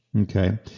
Okay